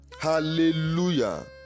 Hallelujah